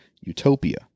utopia